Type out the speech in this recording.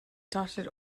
dotted